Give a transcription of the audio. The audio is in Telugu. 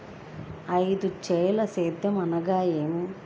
ఐదంచెల సేద్యం అనగా నేమి?